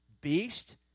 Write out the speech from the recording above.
beast